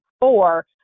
four